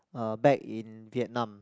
uh back in Vietnam